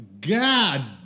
God